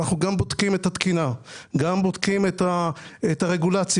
אנחנו בודקים גם את הרגולציה,